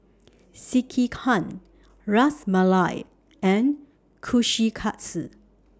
Sekihan Ras Malai and Kushikatsu